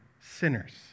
sinners